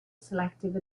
selective